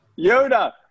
Yoda